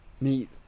meet